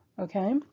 okay